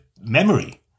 memory